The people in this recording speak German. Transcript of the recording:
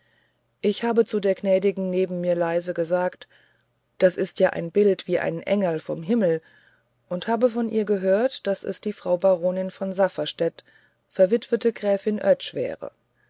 ich habe zu der gnädigen neben mir leise gesagt das ist ja ein bild wie ein engerl vom himmel und habe von ihr gehört daß es die frau baronin von safferstätt verwitwete gräfin